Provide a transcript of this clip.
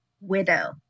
Widow